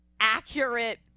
accurate